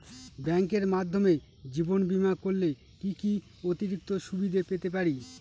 ব্যাংকের মাধ্যমে জীবন বীমা করলে কি কি অতিরিক্ত সুবিধে পেতে পারি?